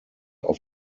auf